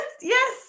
yes